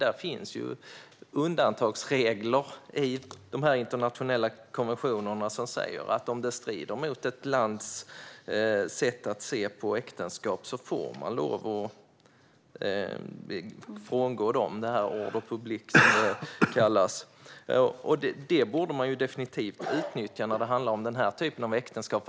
Men det finns undantagsregler i de internationella konventionerna som säger att man får lov att frångå dem om det strider mot ett lands sätt att se på äktenskap - ordre public, som det kallas. Det borde man definitivt utnyttja när det handlar om denna typ av äktenskap.